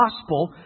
gospel